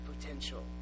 potential